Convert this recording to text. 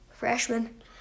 Freshman